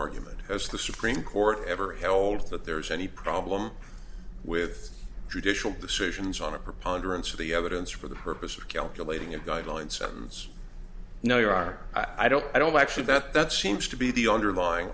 argument as the supreme court ever held that there is any problem with judicial decisions on a preponderance of the evidence for the purpose of calculating a guideline sentence you know you are i don't i don't actually bet that seems to be the underlying